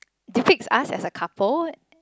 they take us as a couple